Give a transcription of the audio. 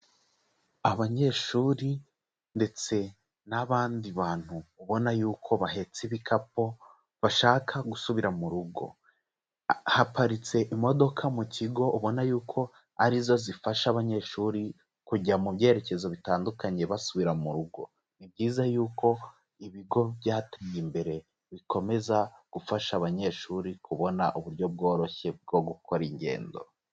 Abanyeshuri ndetse n'abandi bantu ubona yuko bahetse ibikapu bashaka gusubira mu rugo, haparitse imodoka mu kigo ubona yuko ari zo zifasha abanyeshuri kujya mu byerekezo bitandukanye basubira mu rugo, ni byiza yuko ibigo byateye imbere bikomeza gufasha abanyeshuri kubona uburyo bworoshye bwo gukora ingendo.